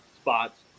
spots